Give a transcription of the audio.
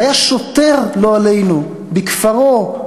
והיה שוטר, לא עלינו, בכפרו,